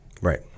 Right